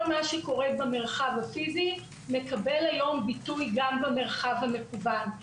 מה שקורה במרחב הפיזי מקבל היום ביטוי גם במרחב המקוון.